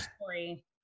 story